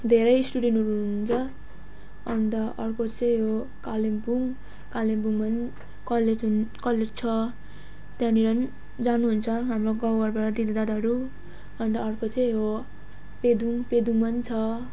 धेरै स्टुडेन्टहुरू हुनुहुन्छ अन्त अर्को चाहिँ हो कालिम्पोङ कालिम्पोङमा पनि कलेज हुन कलेज छ त्यहाँनिर पनि जानुहुन्छ हाम्रो गाउँघरबाट दिदीदादाहरू अन्त अर्को चाहिँ हो पेदोङ पेदोङमा पनि छ